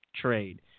trade